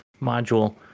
module